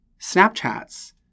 Snapchats